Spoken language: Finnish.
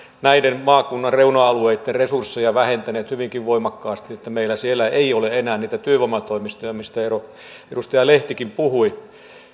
näiden maakunnan reuna alueitten resursseja vähentäneet hyvinkin voimakkaasti meillä ei ole enää siellä niitä työvoimatoimistoja mistä edustaja lehtikin puhui